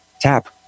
Tap